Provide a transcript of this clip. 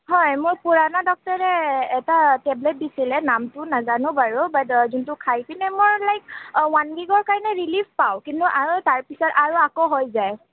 হয় মোক পুৰণা ডক্তৰে এটা টেবলেট দিছিলে নামটো নাজানো বাৰু বাট যোনটো খাই পিনেই মোৰ অঁ লাইক ওৱান উইকৰ কাৰণে ৰিলিফ পাওঁ কিন্তু আৰু তাৰ পিছত আৰু আকৌ হৈ যায়